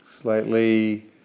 slightly